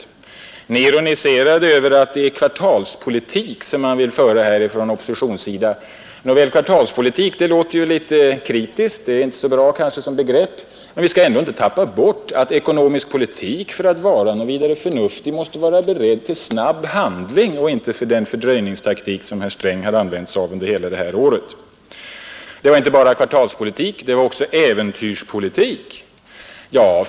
Herr Ekström ironiserar över att oppositionen vill föra ”kvartalspolitik”. Det låter ju litet kritiskt som begrepp. Men vi skall ändå inte tappa bort, att vill man föra en förnuftig ekonomisk politik, måste man vara beredd till snabb handling. Man får inte begagna den fördröjningstaktik som herr Sträng har använt sig av under hela detta år. Det talades inte bara om ”kvartalspolitik” utan även om ”äventyrspolitik”.